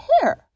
hair